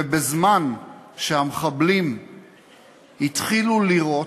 ובזמן שהמחבלים התחילו לירות,